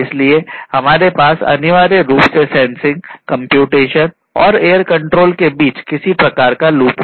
इसलिए हमारे पास अनिवार्य रूप से सेंसिंग कंप्यूटेशन और एयर कंट्रोल के बीच किसी प्रकार का लूप है